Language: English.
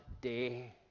day